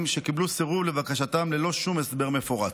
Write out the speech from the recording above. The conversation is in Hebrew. שקיבלו סירוב לבקשתם ללא שום הסבר מפורט.